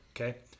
Okay